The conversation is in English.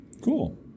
Cool